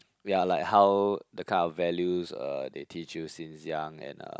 yeah like how the kind of values uh they teach you since young and uh